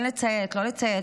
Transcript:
כן לציית, לא לציית?